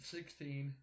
Sixteen